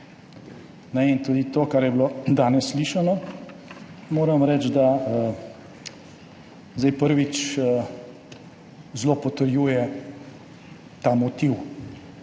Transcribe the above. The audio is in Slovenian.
Tudi to, kar je bilo danes slišano, moram reči, da, prvič, zelo potrjuje ta motiv